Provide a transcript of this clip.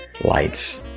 lights